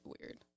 weird